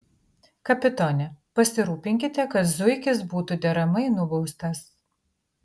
kapitone pasirūpinkite kad zuikis būtų deramai nubaustas